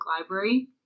Library